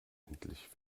endlich